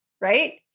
right